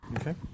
Okay